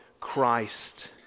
Christ